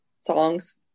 songs